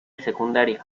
secundaria